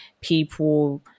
people